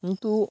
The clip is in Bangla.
কিন্তু